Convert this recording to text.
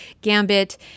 Gambit